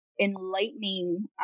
enlightening